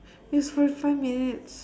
it's forty five minutes